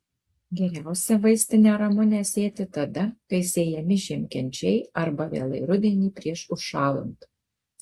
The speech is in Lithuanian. geriausia vaistinę ramunę sėti tada kai sėjami žiemkenčiai arba vėlai rudenį prieš užšąlant